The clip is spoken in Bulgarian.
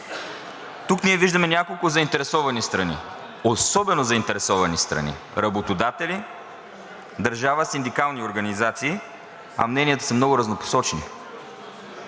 Тук ние виждаме няколко заинтересовани страни, особено заинтересовани страни – работодатели, държава, синдикални организации, а мненията са много разнопосочни.